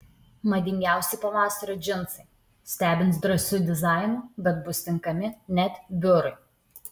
madingiausi pavasario džinsai stebins drąsiu dizainu bet bus tinkami net biurui